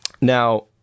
Now